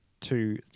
two